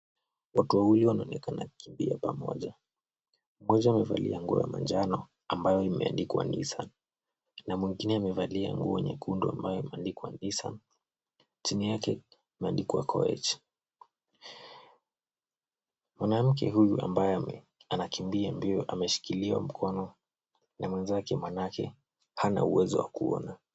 Watu wawili wanaonekana wakikimbia pamoja. Mmoja amevalia nguo ya manjano ambayo imeandikwa Nissan na mwingine amevalia nguo nyekundu ambayo imeandikwa Nissan chini yake imeandikwa Koech. Mwanamke huyu ambaye anakimbia mbio ameshikiliwa mkono na mwenzake maanake hana uwezo wa kuona.